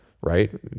right